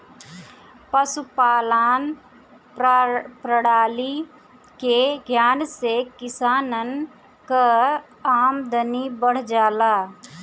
पशुपालान प्रणाली के ज्ञान से किसानन कअ आमदनी बढ़ जाला